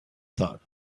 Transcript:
thought